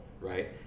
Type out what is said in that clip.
right